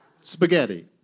Spaghetti